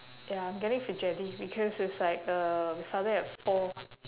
ya I'm getting fidgety because it's like uh we started at four